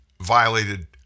violated